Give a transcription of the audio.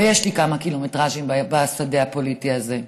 ויש לי קילומטרז' בשדה הפוליטי הזה.